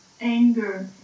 anger